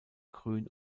grün